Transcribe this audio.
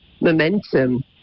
momentum